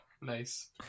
Nice